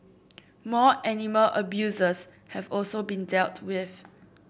more animal abusers have also been dealt with